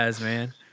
man